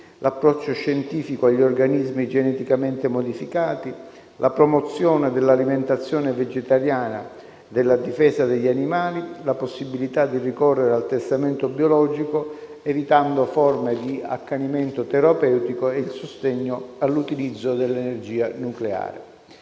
l'approccio scientifico agli organismi geneticamente modificati, la promozione dell'alimentazione vegetariana e la difesa degli animali, la possibilità di ricorrere al testamento biologico evitando forme di accanimento terapeutico e il sostegno all'utilizzo dell'energia nucleare.